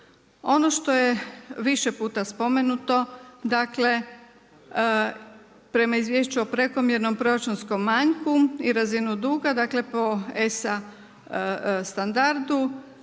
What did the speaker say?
Ono što je više puta spomenuto prema izvješću o prekomjernom proračunskom manjku i razinu duga po ESA standardu